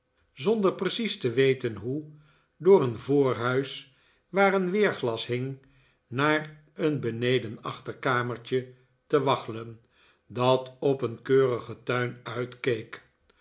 zonder precies te weten hoe door een voorhuis waar een weerglas hing naar een beneden achterkamertje te waggelen dat op een keurigen tuin uitkeek